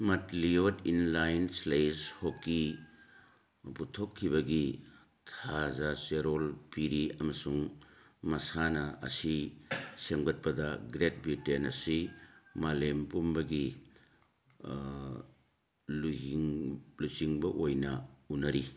ꯃꯠꯂꯤꯌꯣꯠꯁ ꯏꯟꯂꯥꯏꯟ ꯏꯁꯂꯦꯠ ꯍꯣꯛꯀꯤ ꯄꯨꯊꯣꯛꯈꯤꯕꯒꯤ ꯊꯥꯖ ꯆꯦꯔꯣꯜ ꯄꯤꯔꯤ ꯑꯃꯁꯨꯡ ꯃꯁꯥꯟꯅ ꯑꯁꯤ ꯁꯦꯝꯒꯠꯄꯗ ꯒ꯭ꯔꯦꯠ ꯕ꯭ꯔꯤꯇꯦꯟ ꯑꯁꯤ ꯃꯥꯂꯦꯝ ꯄꯨꯝꯕꯒꯤ ꯂꯨꯆꯤꯡꯕ ꯑꯣꯏꯅ ꯎꯅꯩ